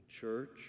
church